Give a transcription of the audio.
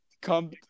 come